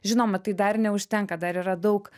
žinoma tai dar neužtenka dar yra daug